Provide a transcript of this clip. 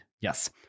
Yes